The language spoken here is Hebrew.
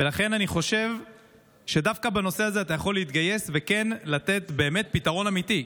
ולכן אני חושב שדווקא בנושא הזה אתה יכול להתגייס וכן לתת פתרון אמיתי,